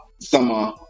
summer